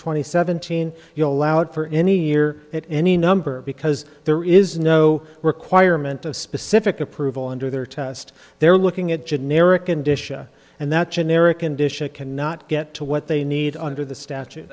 twenty seventeen you allowed for any year at any number because there is no requirement of specific approval under their test they're looking at generic and disha and that generic and disha cannot get to what they need under the statute